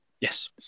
Yes